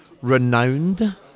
renowned